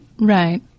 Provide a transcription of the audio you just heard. Right